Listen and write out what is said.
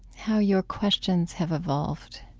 how your questions have evolved